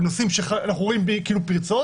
בנושאים שאנחנו רואים בהם פרצות,